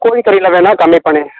கோழிக்கறில வேணுணா கம்மி பண்ணி